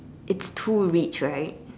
it's too rich right